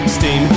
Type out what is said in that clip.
Steam